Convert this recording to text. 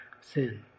sin